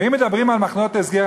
ואם מדברים על מחנות הסגר,